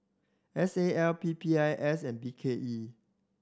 S A L P P I S and B K E